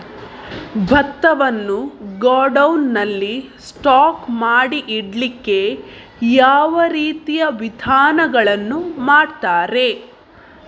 ಭತ್ತವನ್ನು ಗೋಡೌನ್ ನಲ್ಲಿ ಸ್ಟಾಕ್ ಮಾಡಿ ಇಡ್ಲಿಕ್ಕೆ ಯಾವ ರೀತಿಯ ವಿಧಾನಗಳನ್ನು ಮಾಡ್ತಾರೆ?